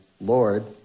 Lord